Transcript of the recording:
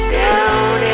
down